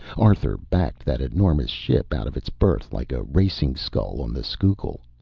arthur backed that enormous ship out of its berth like a racing scull on the schuylkill.